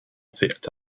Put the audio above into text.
s’est